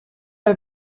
are